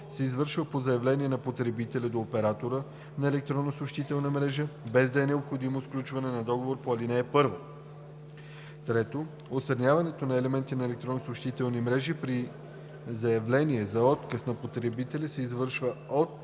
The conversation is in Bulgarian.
се извършва по заявление на потребителя до оператора на електронна съобщителна мрежа, без да е необходимо сключването на договор по ал. 1. (3) Отстраняването на елементи на електронни съобщителни мрежи при заявление за отказ на потребителя се извършва от